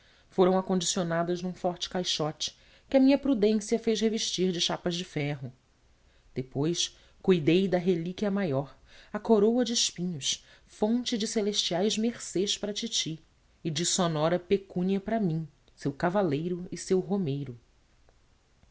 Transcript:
foram acondicionadas num forte caixote que a minha prudência fez revestir de chapas de ferro depois cuidei da relíquia maior a coroa de espinhos fonte de celestiais mercês para a titi e de sonora pecúnia para mim seu cavaleiro e seu romeiro